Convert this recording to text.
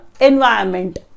environment